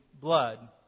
blood